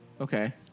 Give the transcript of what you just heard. Okay